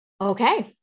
Okay